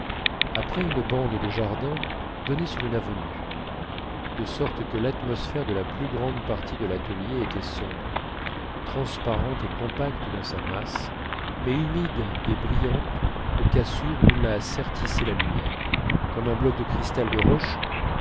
après une bande de jardin donnait sur une avenue de sorte que l'atmosphère de la plus grande partie de l'atelier était sombre transparente et compacte dans la masse mais humide et brillante aux cassures où la sertissait la lumière comme un bloc de cristal de roche